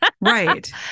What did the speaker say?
right